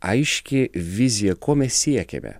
aiški vizija ko mes siekiame